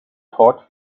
thought